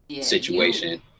situation